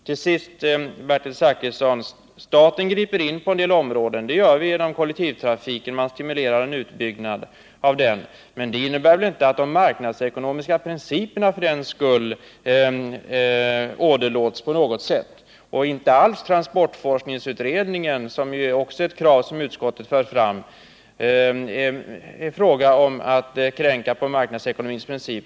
Till sist några ord till Bertil Zachrisson. Staten griper in på en del områden. Man stimulerart.ex. en utbyggnad av kollektivtrafiken. Men det innebär inte att de marknadsekonomiska principerna för den skull överges. När det gäller kravet på transportforskningsutredningen som utskottet för fram är det inte alls fråga om att kränka marknadsekonomins principer.